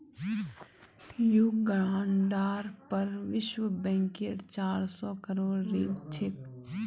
युगांडार पर विश्व बैंकेर चार सौ करोड़ ऋण छेक